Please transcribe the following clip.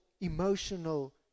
emotional